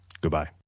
Goodbye